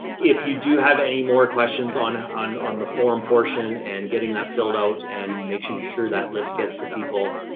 if you do have any more questions on, on, on the form portion and getting that filled out and making sure that list gets to people,